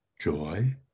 joy